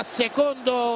secondo